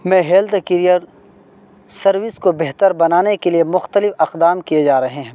میں health care service کو بہتر بنانے کے لیے مختلف اقدام کیے جا رہے ہیں